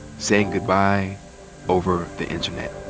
saying goodbye over the internet.